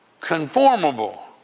conformable